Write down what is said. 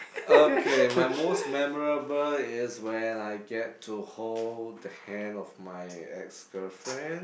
okay my most memorable is when I get to hold the hand of my ex girlfriend